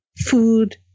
food